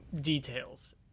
details